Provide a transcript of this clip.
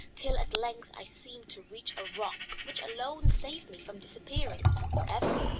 till at length i seemed to reach a rock which alone saved me from disappearing for ever.